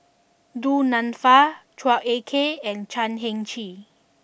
Du Nanfa Chua Ek Kay and Chan Heng Chee